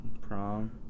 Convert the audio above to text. prom